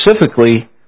specifically